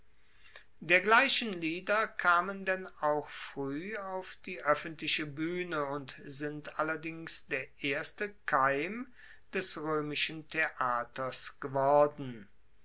dergleichen lieder kamen denn auch frueh auf die oeffentliche buehne und sind allerdings der erste keim des roemischen theaters geworden